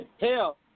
Hell